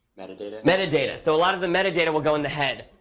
metadata metadata so a lot of the metadata will go in the head,